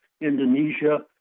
Indonesia